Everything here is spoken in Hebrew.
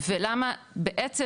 ולמה בעצם,